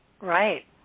Right